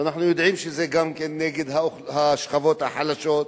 ואנחנו יודעים שזה גם כן נגד השכבות החלשות,